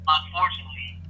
unfortunately